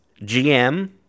GM